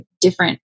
different